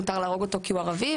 מותר להרוג אותו כי הוא ערבי.